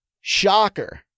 Shocker